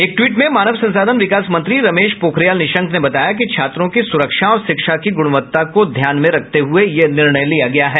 एक ट्वीट में मानव संसाधन विकास मंत्री रमेश पोखरियाल निशंक ने बताया कि छात्रों की सुरक्षा और शिक्षा की गुणवत्ता को ध्यान में रखते हुए यह निर्णय लिया गया है